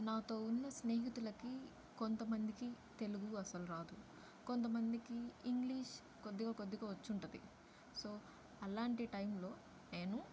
నాతో ఉన్న స్నేహితులకి కొంతమందికి తెలుగు అస్సలు రాదు కొంతమందికి ఇంగ్లీష్ కొద్దిగా కొద్దిగా వచ్చుంటది సో అలాంటి టైంలో నేను